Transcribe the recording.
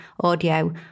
audio